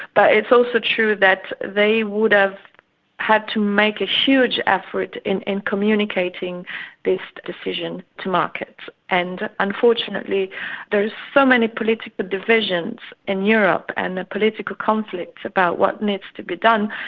but it's also true that they would have had to make a huge effort in in communicating this decision to markets, and unfortunately there are so many political divisions in europe and political conflicts about what needs to be done,